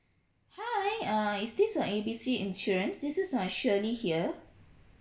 hi err is this uh A B C insurance this is uh shirley here